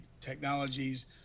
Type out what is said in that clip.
technologies